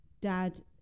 dad